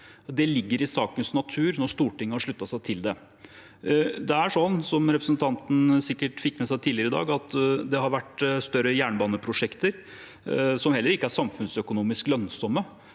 Det ligger i sakens natur når Stortinget har sluttet seg til det. Som representanten sikkert fikk med seg tidligere i dag, har det vært større jernbaneprosjekter som heller ikke er samfunnsøkonomisk lønnsomme